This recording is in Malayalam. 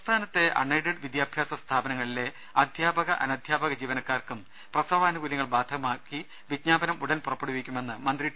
സംസ്ഥാനത്തെ അൺ എയ്ഡഡ് വിദ്യാഭ്യാസ സ്ഥാപനങ്ങളിലെ അധ്യാപക അനധ്യാപക ജീവനക്കാർക്കും പ്രസവാനു കൂലൃങ്ങൾ ബാധകമാക്കി വിജ്ഞാപനം ഉടൻ പുറപ്പെടുവിക്കുമെന്ന് മന്ത്രി ടി